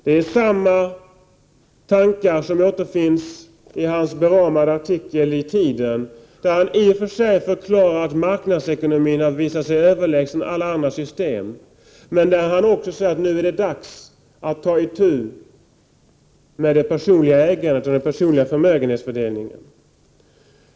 Det är samma tankar som återfinns i hans beramade artikel i Tiden, där han i och för sig förklarar att marknadsekonomin har visat sig överlägsen alla andra system, men där han också säger att det nu är dags att ta itu med det personliga ägandet och den personliga förmögenhetsfördelningen.